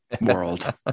world